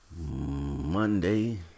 Monday